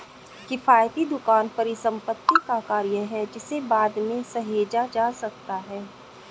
किफ़ायती दुकान परिसंपत्ति का कार्य है जिसे बाद में सहेजा जा सकता है